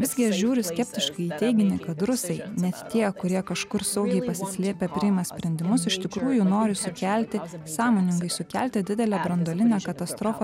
visgi aš žiūriu skeptiškai teiginį kad rusija net tie kurie kažkur saugiai pasislėpę priima sprendimus iš tikrųjų nori sukelti sąmoningai sukelti didelę branduolinę katastrofą